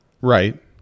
Right